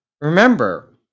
remember